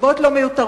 לסיבות לא מיותרות,